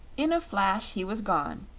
in a flash he was gone,